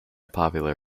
popular